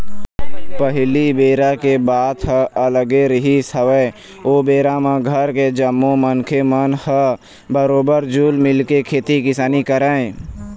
पहिली बेरा के बात ह अलगे रिहिस हवय ओ बेरा म घर के जम्मो मनखे मन ह बरोबर जुल मिलके खेती किसानी करय